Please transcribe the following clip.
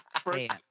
First